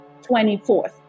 24th